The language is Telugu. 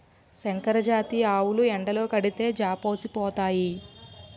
సంకరజాతి ఆవులు ఎండలో కడితే జాపోసిపోతాయి